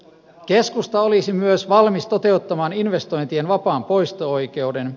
keskusta olisi myös valmis toteuttamaan investointien vapaan poisto oikeuden